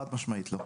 חד משמעית לא.